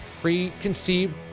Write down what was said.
preconceived